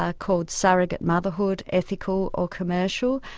ah called surrogate motherhood ethical or commercial,